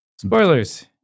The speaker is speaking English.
spoilers